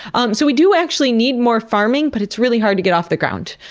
um so we do actually need more farming, but it's really hard to get off the ground,